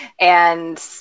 and-